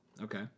Okay